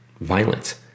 violence